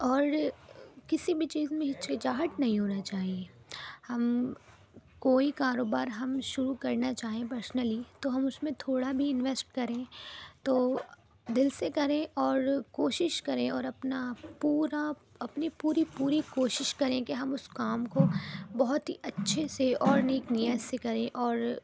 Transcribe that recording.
اور کسی بھی چیز میں ہچکچاہٹ نہیں ہونا چاہیے ہم کوئی کاروبار ہم شروع کرنا چاہیں پرسنلی تو ہم اس میں تھوڑا بھی انوسٹ کریں تو دل سے کریں اور کوشش کریں اور اپنا پورا اپنی پوری پوری کوشش کریں کہ ہم اس کام کو بہت ہی اچھے سے اور نیک نیت سے کریں اور